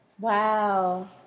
Wow